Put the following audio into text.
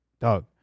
dog